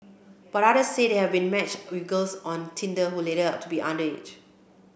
but others say they have been matched with girls on Tinder who later turned out to be under it